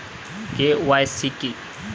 KYC কি?